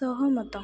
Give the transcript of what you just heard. ସହମତ